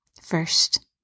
First